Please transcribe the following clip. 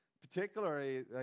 particularly